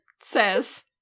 says